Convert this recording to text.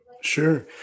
Sure